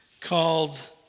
called